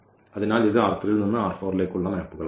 അതിനാൽ ഇത് ൽ നിന്നു ലേക്കുള്ള മാപ്പുകൾ